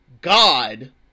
God